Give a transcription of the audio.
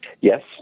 yes